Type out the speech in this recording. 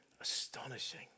astonishing